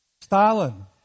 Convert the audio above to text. Stalin